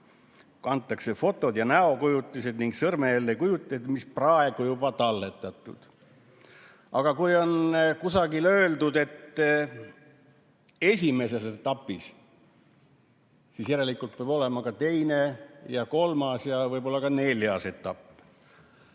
sinna fotod ja näokujutised ning sõrmejäljed, mis praegu on juba talletatud. Aga kui on kusagil öeldud, et esimeses etapis, siis järelikult peab olema ka teine ja kolmas ja võib-olla ka neljas etapp.